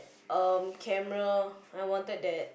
um camera I wanted that